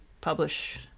publish